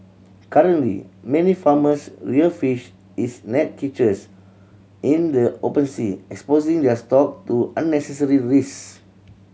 currently many farmers rear fish is net cages in the open sea exposing their stock to unnecessary risk